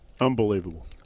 Unbelievable